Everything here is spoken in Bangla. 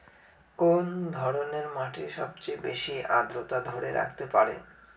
কোন ধরনের মাটি সবচেয়ে বেশি আর্দ্রতা ধরে রাখতে পারে?